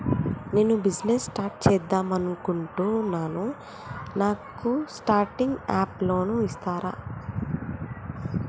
నేను business start చేద్దామనుకుంటున్నాను నాకు స్టార్టింగ్ అప్ లోన్ ఇస్తారా?